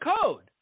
code